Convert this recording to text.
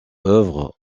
œuvre